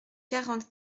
quarante